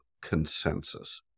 consensus